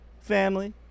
family